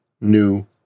new